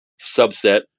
subset